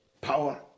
power